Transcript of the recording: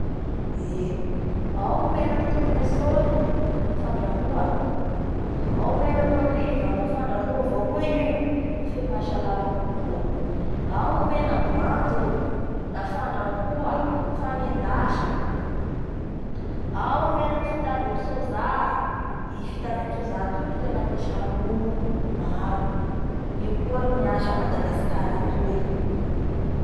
Eee ao ny menaky tournesoly, fandrahoa, ao ny menaky olive mboç fandrahaoa avao koa fe mahasalama kokoa, ao ny menamboanjo o, da, fandrahoa, anendasa, ao ny menaky vita avy amin'ny soja, i vita avy amin'ny soja toy ro tena ampiasain'olomaro io koa ro miasa a Madagasikara atoy.